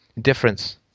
difference